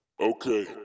Okay